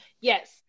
yes